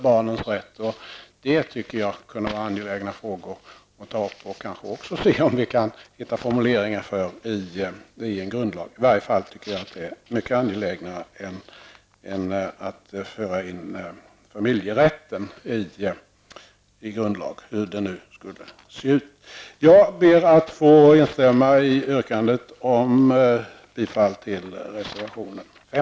Detta tycker jag är en angelägen fråga att ta upp och försöka hitta formuleringar för en grundlagstext. I varje fall anser jag den frågan vara mycket angelägnare än att föra in familjerätten i grundlagen, hur en sådan nu skulle formuleras. Jag ber att få instämma i yrkandet om bifall till reservation nr 5.